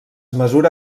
mesura